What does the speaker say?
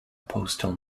postal